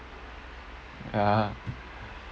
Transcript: ya